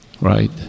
right